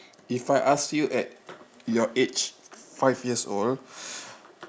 if I ask you at your age five years old